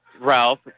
Ralph